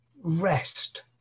rest